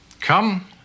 Come